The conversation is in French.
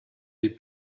les